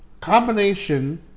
combination